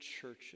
churches